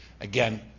Again